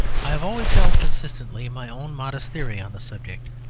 i have always held consistently my own modest theory on the subject.